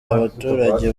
abaturage